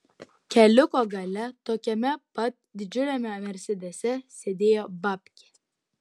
keliuko gale tokiame pat didžiuliame mersedese sėdėjo babkė